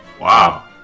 wow